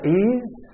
ease